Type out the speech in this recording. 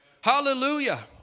Hallelujah